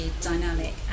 dynamic